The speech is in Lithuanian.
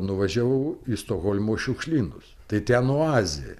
nuvažiavau į stokholmo šiukšlynus tai ten oazė